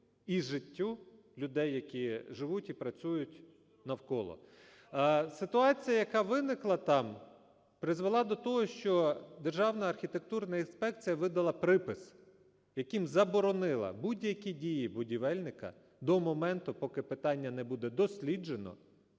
і життю людей, які живуть і працюють навколо. Ситуація, яка виникла там, призвела до того, що Державна архітектурна інспекція видала припис, яким заборонила будь-які дії будівельника до моменту, поки питання не буде досліджено